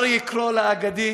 אריה קרול האגדי,